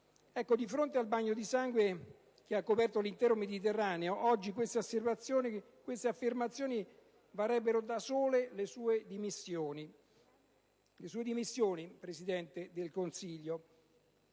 Di fronte al bagno di sangue che ha coperto l'intero Mediterraneo, oggi queste affermazioni varrebbero da sole le sue dimissioni, Presidente del Consiglio.